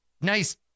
Nice